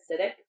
acidic